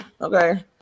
Okay